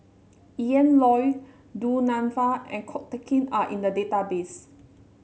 Ian Loy Du Nanfa and Ko Teck Kin are in the database